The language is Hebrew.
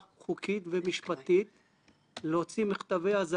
הייתה ממשיכה והייתה ניתנת לנו האפשרות,